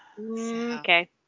Okay